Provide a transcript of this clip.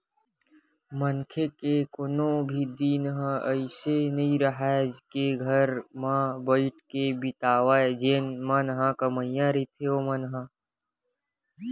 मनखे के कोनो भी दिन ह अइसे नइ राहय के घर म बइठ के बितावय जेन मन ह कमइया रहिथे ओमन ह